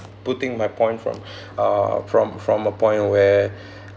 putting my point from uh from from a point where